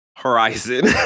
horizon